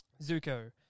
Zuko